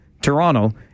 Toronto